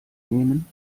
nehmen